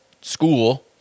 school